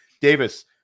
Davis